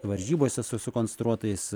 varžybose su sukonstruotais